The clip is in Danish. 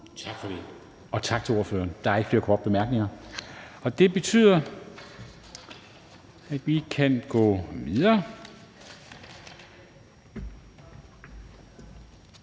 Tak for det. Tak til ordføreren. Der er ikke flere korte bemærkninger, og det betyder, at vi kan gå videre.